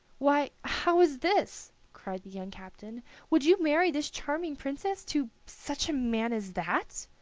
why, how is this? cried the young captain would you marry this charming princess to such a man as that?